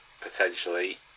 potentially